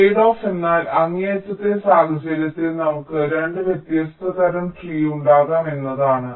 tradeoff എന്നാൽ അങ്ങേയറ്റത്തെ സാഹചര്യത്തിൽ നമുക്ക് 2 വ്യത്യസ്ത തരം ട്രീ ഉണ്ടാകാം എന്നാണ്